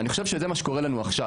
ואני חושב שזה מה שקורה לנו עכשיו,